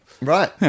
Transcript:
Right